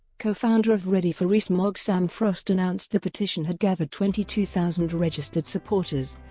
co-founder of ready for rees-mogg sam frost announced the petition had gathered twenty two thousand registered supporters,